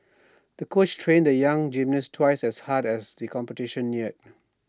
the coach trained the young gymnast twice as hard as the competition neared